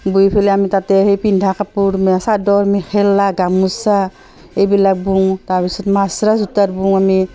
বৈ পেলাই আমি তাতে সেই পিন্ধা কাপোৰ চাদৰ মেখেলা গামোচা এইবিলাক বওঁ তাৰপিছত মাজৰা সূতাৰ বওঁ আমি